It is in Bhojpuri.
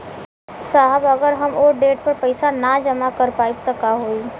साहब अगर हम ओ देट पर पैसाना जमा कर पाइब त का होइ?